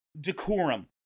decorum